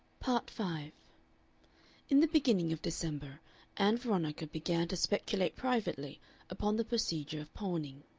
part five in the beginning of december ann veronica began to speculate privately upon the procedure of pawning.